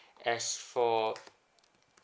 as for